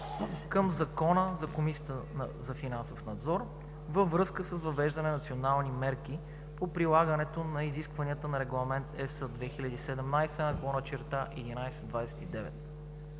към Закона за Комисията за финансов надзор, във връзка с въвежданите национални мерки по прилагането на изискванията на Регламент (ЕС) 2017/1129.